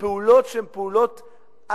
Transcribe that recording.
בפעולות שהן חתרניות,